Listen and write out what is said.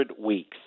weeks